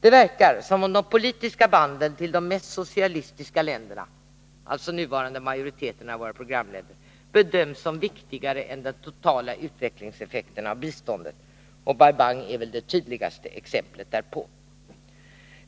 Det verkar som om de politiska banden till de mest socialistiska länderna, alltså nuvarande majoriteten av våra programländer, bedöms som viktigare än den totala utvecklingseffekten av biståndet. Bai Bang är väl det tydligaste exemplet därpå.